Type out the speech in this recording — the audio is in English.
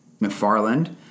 McFarland